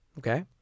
Okay